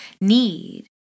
need